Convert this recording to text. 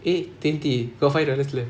eh twenty got five dollars left